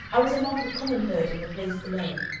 i was among the common herd in the place below,